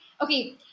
Okay